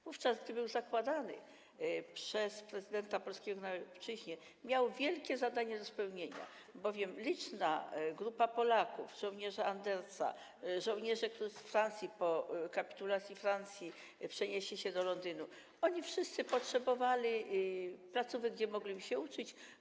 Wówczas, gdy był zakładany przez prezydenta Polski na obczyźnie, miał wielkie zadanie do spełnienia, bowiem liczna grupa Polaków, żołnierzy Andersa, żołnierzy, którzy z Francji po kapitulacji Francji przenieśli się do Londynu, potrzebowała placówek, gdzie mogłaby się uczyć.